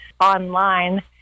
online